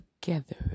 together